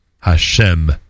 Hashem